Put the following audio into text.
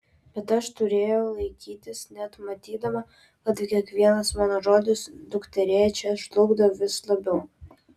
bet aš turėjau laikytis net matydama kad kiekvienas mano žodis dukterėčią žlugdo vis labiau